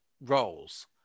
roles